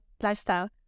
lifestyle